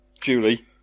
Julie